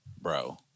bro